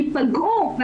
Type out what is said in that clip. ייפגעו.